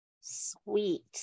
sweet